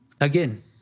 again